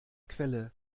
quelle